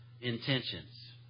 intentions